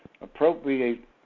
appropriate